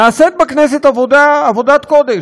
נעשית בכנסת עבודה, עבודת קודש.